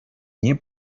nie